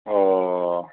অঁ